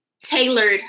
tailored